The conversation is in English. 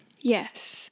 Yes